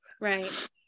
right